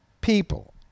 people